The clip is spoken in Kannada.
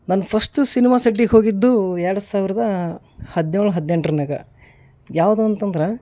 ನಾನು ಫಸ್ಟು ಸಿನಿಮಾ ಸೆಟ್ಟಿಗೆ ಹೋಗಿದ್ದು ಎರಡು ಸಾವಿರದ ಹದಿನೇಳು ಹದಿನೆಂಟರನ್ಯಾಗ ಯಾವುದು ಅಂತಂದ್ರೆ